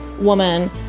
woman